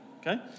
Okay